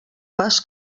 pas